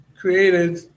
created